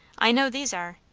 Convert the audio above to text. i know these are.